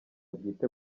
bwite